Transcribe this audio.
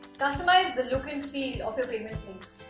customize the look and feel of your payment links